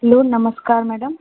hello नमस्कार madam